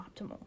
optimal